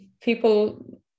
people